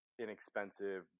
inexpensive